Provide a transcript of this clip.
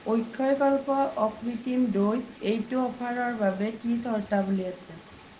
অক্ষয়কল্প অকৃত্ৰিম দৈত এইটো অফাৰৰ বাবে কি চৰ্তাৱলী আছে